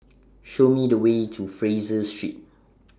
Show Me The Way to Fraser Street